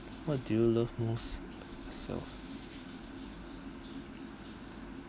what do you love most yourself